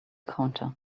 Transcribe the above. counter